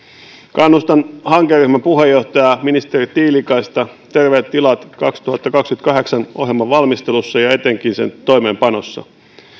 kannustan hankeryhmän puheenjohtajaa ministeri tiilikaista terveet tilat kaksituhattakaksikymmentäkahdeksan ohjelman valmistelussa ja etenkin sen toimeenpanossa